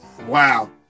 Wow